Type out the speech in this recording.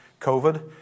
COVID